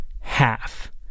half